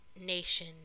nation